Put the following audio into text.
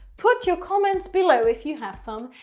put your comments below if you have some.